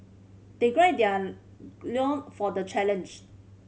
they gird their loin for the challenge